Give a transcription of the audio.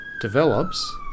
develops